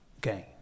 gain